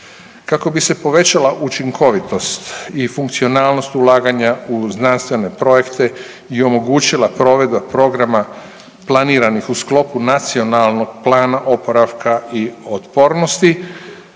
Kako bi se povećala učinkovitost i funkcionalnost ulaganja u znanstvene projekte i omogućila provedba programa planiranih u sklopu Nacionalnog plana oporavka i otpornosti